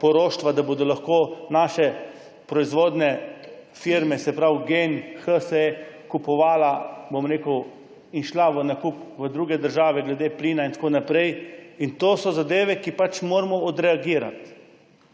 da bodo lahko naše proizvodne firme, se pravi Gen, HSE, kupovale in šle v nakup v druge države glede plina in tako naprej. To so zadeve, kjer pač moramo odreagirati.